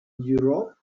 europe